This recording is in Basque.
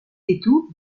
ditu